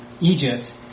Egypt